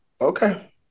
Okay